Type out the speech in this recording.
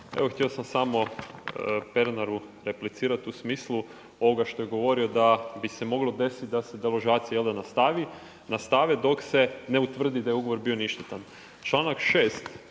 Evo htio sam samo Pernaru replicirati u smislu ovoga što je govorio da bi se moglo desit da se deložacije nastave dok se ne utvrdi da je ugovor bio ništetan.